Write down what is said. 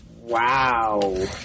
Wow